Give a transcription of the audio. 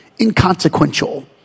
inconsequential